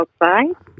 outside